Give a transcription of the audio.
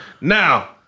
Now